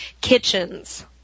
kitchens